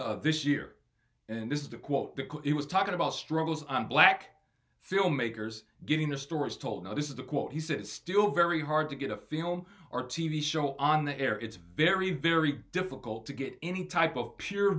this year and this is a quote that he was talking about struggles on black filmmakers getting their stories told no this is a quote he said it's still very hard to get a film or t v show on the air it's very very difficult to get any type of pure